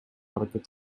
аракет